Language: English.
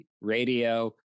radio